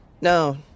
No